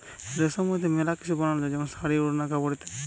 রেশম হইতে মেলা কিসু বানানো যায় যেমন শাড়ী, ওড়না, কাপড় ইত্যাদি